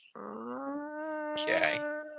Okay